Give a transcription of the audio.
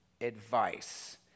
advice